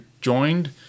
joined